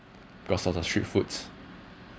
because of the streets foods